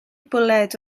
bwled